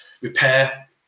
repair